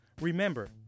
Remember